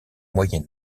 moyen